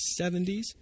70s